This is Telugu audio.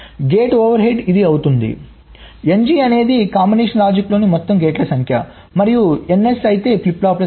గేట్ ఓవర్ హెడ్ ఇది అవుతుంది ng అనేది కాంబినేషన్ లాజిక్ లోని మొత్తం గేట్ల సంఖ్య మరియు ns అయితే ఫ్లిప్ ఫ్లాప్ల సంఖ్య